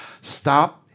Stop